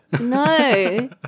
No